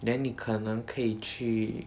then 你可能可以去